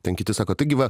ten kiti sako taigi va